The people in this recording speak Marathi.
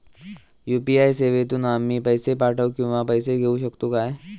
यू.पी.आय सेवेतून आम्ही पैसे पाठव किंवा पैसे घेऊ शकतू काय?